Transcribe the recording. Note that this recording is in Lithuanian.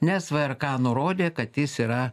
nes vrk nurodė kad jis yra